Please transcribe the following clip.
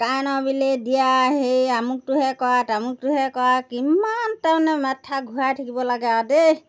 কাৰেণ্টৰ বিলেই দিয়া সেই আমুকটোহে কৰা তামুকটোহে কৰা কিমান তাৰমানে মাথা ঘূৰাই থাকিব লাগে আৰু দেই